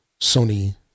Sony